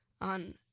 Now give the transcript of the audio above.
on